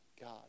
God